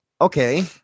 Okay